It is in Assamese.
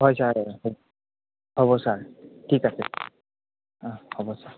হয় ছাৰ হ'ব হ'ব ছাৰ ঠিক আছে অঁ হ'ব ছাৰ